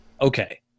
Okay